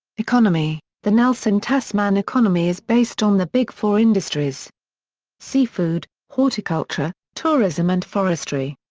economy the nelson tasman economy is based on the big four industries seafood, horticulture, tourism and forestry.